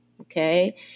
Okay